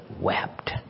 wept